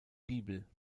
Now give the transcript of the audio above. bibel